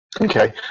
Okay